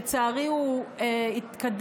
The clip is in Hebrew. לצערי הוא התקדם,